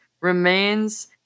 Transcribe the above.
remains